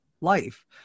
life